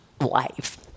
life